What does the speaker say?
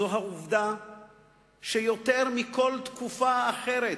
זה העובדה שיותר מבכל תקופה אחרת,